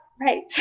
right